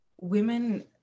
women